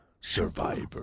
Survivor